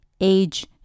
Age